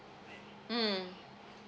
mm